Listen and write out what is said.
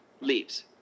leaves